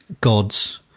Gods